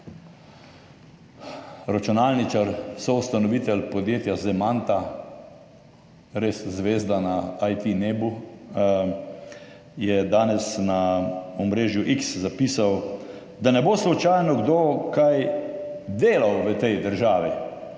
računalničar, soustanovitelj podjetja Zemanta, res zvezda na IT nebu, je danes na omrežju X zapisal: »Da ne bi slučajno kdo kaj delal v tej državi.